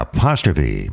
Apostrophe